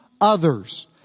others